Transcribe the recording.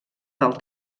del